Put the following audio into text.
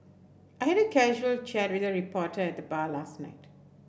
I had a casual chat with a reporter at the bar last night